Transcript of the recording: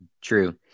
True